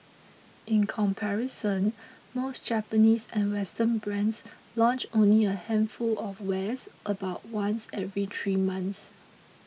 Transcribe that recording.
in comparison most Japanese and Western brands launch only a handful of wares about once every three months